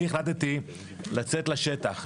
אני החלטתי לצאת לשטח,